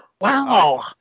wow